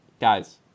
guys